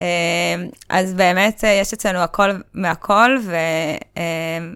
אז באמת, יש אצלנו הכל מהכל,